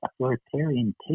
authoritarian